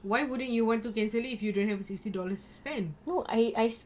why wouldn't you want to cancel if you don't have sixty dollars to spend